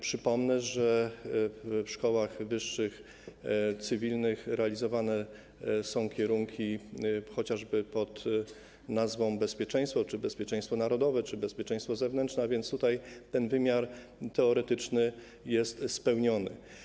Przypomnę, że w szkołach wyższych cywilnych realizowane są kierunki pn. bezpieczeństwo, bezpieczeństwo narodowe czy bezpieczeństwo zewnętrzne, a więc tutaj ten wymiar teoretyczny jest spełniony.